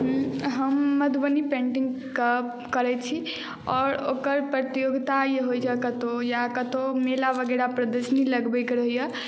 हम मधुबनी पेन्टिंग के करैत छी आओर ओकर प्रतियोगिता जे होइ छै कतौ या कतौ मेला वगैरह प्रदर्शनी लगबै के रहैया